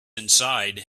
inside